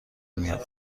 میاید